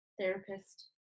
therapist